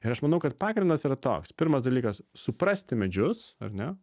ir aš manau kad pagrindas yra toks pirmas dalykas suprasti medžius ar ne